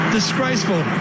Disgraceful